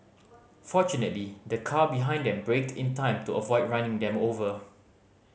fortunately the car behind them braked in time to avoid running them over